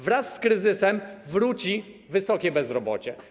Wraz z kryzysem wróci wysokie bezrobocie.